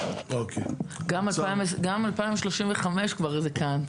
גם 2035 כבר זה כאן,